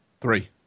Three